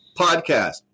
podcast